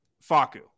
Faku